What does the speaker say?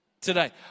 today